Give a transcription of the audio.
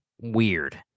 weird